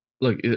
look